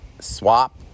swap